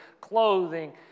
clothing